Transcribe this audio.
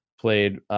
played